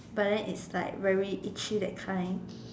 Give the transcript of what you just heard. but then it's like very itchy that kind